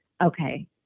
okay